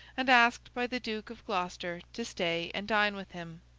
and asked by the duke of gloucester to stay and dine with him.